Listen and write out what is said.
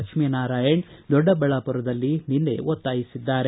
ಲಕ್ಷ್ಮೀನಾರಾಯಣ್ ದೊಡ್ಡಬಳ್ಯಾಪುರದಲ್ಲಿ ನಿನ್ನೆ ಒತ್ತಾಯಿಸಿದ್ದಾರೆ